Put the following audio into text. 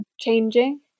changing